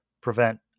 prevent